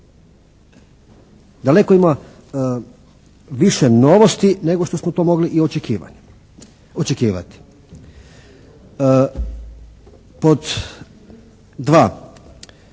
Daleko ima više novosti nego što smo to mogli očekivati.